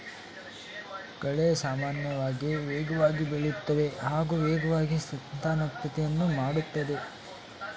ಕಳೆ ಸಾಮಾನ್ಯವಾಗಿ ವೇಗವಾಗಿ ಬೆಳೆಯುತ್ತವೆ ಹಾಗೂ ವೇಗವಾಗಿ ಸಂತಾನೋತ್ಪತ್ತಿಯನ್ನು ಮಾಡ್ತದೆ